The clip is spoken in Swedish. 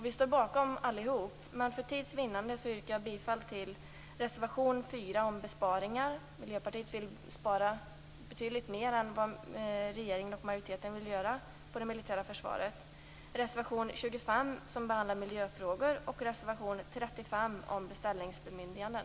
Vi står bakom alla dessa, men för tids vinnande yrkar jag bifall till reservation 4 om besparingar - Miljöpartiet vill spara betydligt mer än vad regeringen och majoriteten vill göra på det militära försvaret -, reservation 25 om miljöfrågor och reservation 35 om beställningsbemyndiganden.